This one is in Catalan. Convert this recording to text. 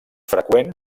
freqüent